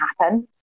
happen